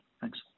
Thanks